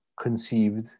conceived